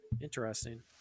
Interesting